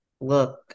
look